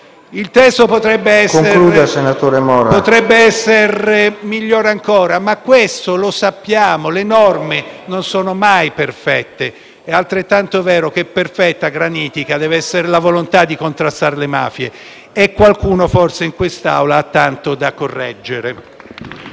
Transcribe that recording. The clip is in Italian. il testo potrebbe essere ancora migliore, ma questo lo sappiamo, perché le norme non sono mai perfette. È altrettanto vero che perfetta e granitica deve essere la volontà di contrastare le mafie, e qualcuno forse in quest'Aula ha tanto da correggere.